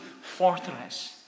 Fortress